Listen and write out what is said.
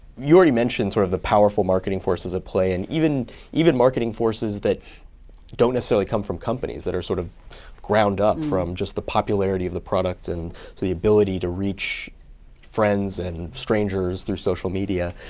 you already mentioned sort of the powerful marketing forces at play. and even even marketing forces that don't necessarily come from companies, that are sort of ground up, from just the popularity of the product and the ability to reach friends and strangers through social media.